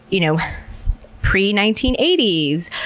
you know pre nineteen eighty s,